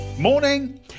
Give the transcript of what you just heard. morning